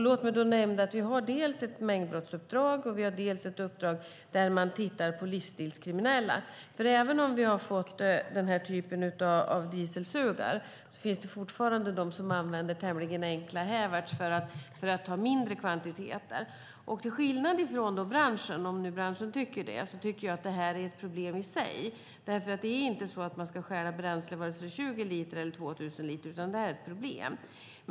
Låt mig då nämna att vi har dels ett mängdbrottsuppdrag, dels ett uppdrag där man tittar på livsstilskriminella. Även om vi har fått denna typ av dieselsugar finns det nämligen fortfarande de som använder tämligen enkla häverts för att ha mindre kvantiteter. Till skillnad från branschen, om nu branschen tycker det, tycker jag att detta är ett problem i sig. Man ska nämligen inte stjäla bränsle, vare sig 20 liter eller 2 000 liter, utan detta är ett problem.